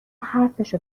حرفشو